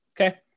okay